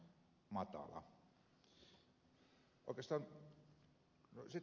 kun ed